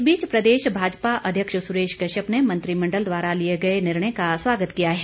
इस बीच प्रदेश भाजपा अध्यक्ष सुरेश कश्यप ने मंत्रिमण्डल द्वारा लिए गए निर्णय का स्वागत किया है